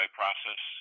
process